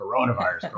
coronavirus